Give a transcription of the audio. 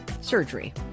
surgery